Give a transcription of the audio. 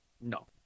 No